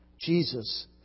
Jesus